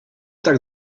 tak